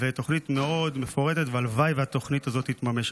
תוכנית מאוד מפורטת, והלוואי שהתוכנית הזאת תתממש.